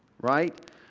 right